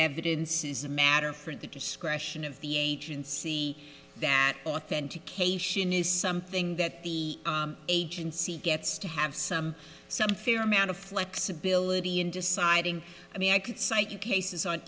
evidence is a matter for the discretion of the agency that authentication is something that the agency gets to have some some fair amount of flexibility in deciding i mean i could cite you cases on